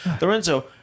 Lorenzo